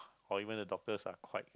or even the doctors are quite